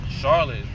Charlotte